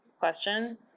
question